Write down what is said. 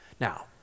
Now